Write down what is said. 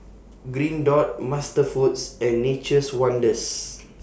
Green Dot MasterFoods and Nature's Wonders